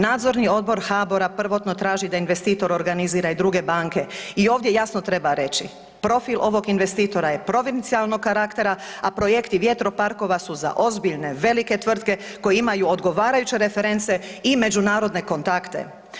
Nadzorni odbor HABOR-a prvotno traži da investitor organizira i druge banke i ovdje jasno treba reći, profil ovog investitora je provincijalnog karaktera, a projekti vjetroparkova su za ozbiljne velike tvrtke koje imaju odgovarajuće reference i međunarodne kontakte.